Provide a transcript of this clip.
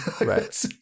Right